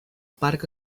parc